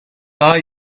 daha